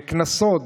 בקנסות,